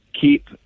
keep